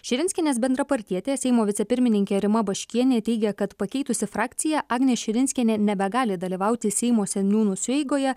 širinskienės bendrapartietė seimo vicepirmininkė rima baškienė teigia kad pakeitusi frakciją agnė širinskienė nebegali dalyvauti seimo seniūnų sueigoje